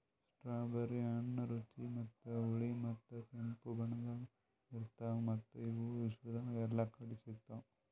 strawberry ಹಣ್ಣ ರುಚಿ ಮತ್ತ ಹುಳಿ ಮತ್ತ ಕೆಂಪು ಬಣ್ಣದಾಗ್ ಇರ್ತಾವ್ ಮತ್ತ ಇವು ವಿಶ್ವದಾಗ್ ಎಲ್ಲಾ ಕಡಿ ಸಿಗ್ತಾವ್